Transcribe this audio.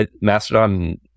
Mastodon